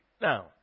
Now